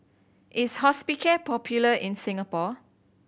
is Hospicare popular in Singapore